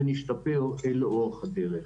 ונשתפר לאורך הדרך.